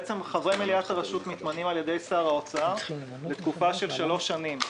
חברי מליאת הרשות מתמנים על ידי שר האוצר לתקופה של שלוש שנים.